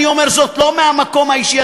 אני אומר זאת לא מהמקום האישי,